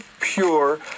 pure